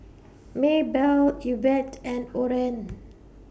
Maebelle Yvette and Oren